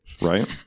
right